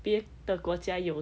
别的国家有